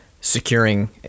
securing